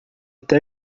até